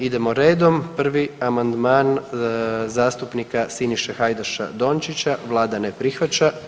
Idemo redom, prvi amandman zastupnika Siniše Hajdaša Dončića, vlada ne prihvaća.